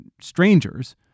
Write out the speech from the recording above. strangers